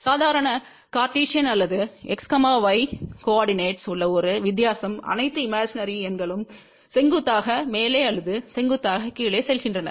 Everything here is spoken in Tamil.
சாதாரண கார்ட்டீசியன் அல்லது x y கோஆர்டினேட்ஸ்களில் உள்ள ஒரே வித்தியாசம் அனைத்து இமேஜினரி 9imaginary எண்களும் செங்குத்தாக மேலே அல்லது செங்குத்தாக கீழே செல்கின்றன